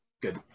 Good